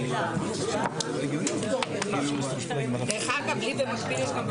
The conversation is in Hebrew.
ננעלה בשעה 11:30.